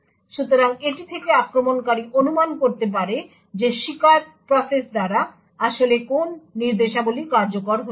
সুতরাং এটি থেকে আক্রমণকারী অনুমান করতে পারে যে শিকার প্রসেস দ্বারা আসলে কোন নির্দেশাবলী কার্যকর হয়েছিল